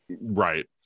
Right